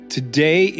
Today